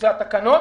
זה התקנות,